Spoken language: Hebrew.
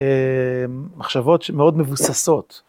מחשבות שמאוד מבוססות.